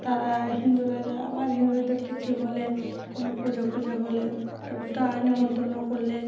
তারা হিন্দুরা যায় আবার হিন্দুদের কিছু হলে কোনো পুজো ফুজো হলে তারা নেমন্তন্ন করলে